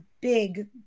big